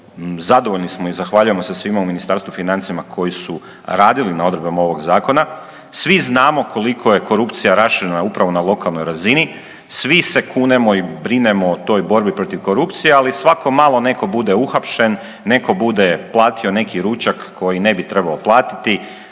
zadovoljni smo i zahvaljujemo se svima u Ministarstvu financija koji su radili na odredbama ovog zakona. Svi znamo koliko je korupcija raširena upravo na lokalnoj razini, sve se kunemo i brinemo o toj borbi protiv korupcije, ali svako malo neko bude uhapšen, neko bude platio neki ručak koji ne bi trebao platiti.